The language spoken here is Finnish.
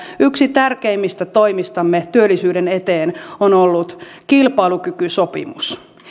yksi tärkeimmistä toimistamme työllisyyden eteen on ollut kilpailukykysopimus